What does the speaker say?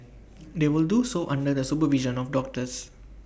they will do so under the supervision of doctors